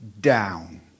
down